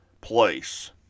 place